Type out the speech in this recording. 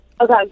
Okay